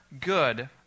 good